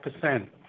percent